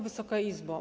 Wysoka Izbo!